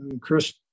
Chris